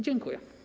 Dziękuję.